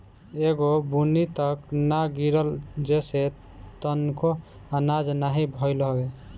एगो बुन्नी तक ना गिरल जेसे तनिको आनाज नाही भइल हवे